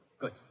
Good